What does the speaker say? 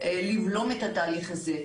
לבלום את התהליך הזה.